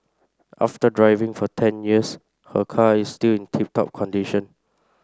after driving for ten years her car is still in tip top condition